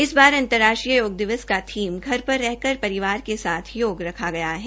इस बार अंतर्राष्ट्रीय योग दिवस का थीम घर पर रहकर परिवार के साथ योग रखा गया है